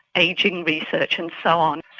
ageing research and so on.